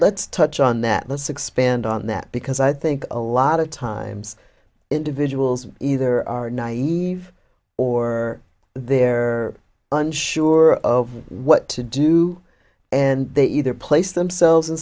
let's touch on that let's expand on that because i think a lot of times individuals either are naive or they're unsure of what to do and they either place themselves in